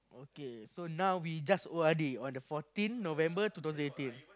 okay so now we just O_R_D on the fourteen November two thousand eighteen